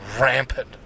rampant